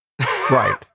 Right